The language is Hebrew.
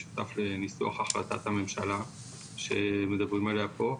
הייתי שותף לניסוח החלטת הממשלה שמדברים עליה פה,